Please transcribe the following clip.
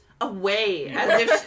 away